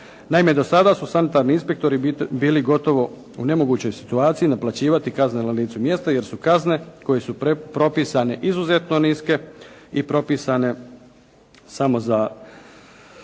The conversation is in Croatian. Naime do sada su sanitarni inspektori bili gotovo u nemogućoj situaciji naplaćivati kazne na licu mjesta jer su kazne koje su propisane izuzetno niske i propisane samo za